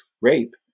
rape